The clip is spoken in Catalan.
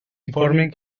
informen